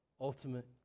ultimate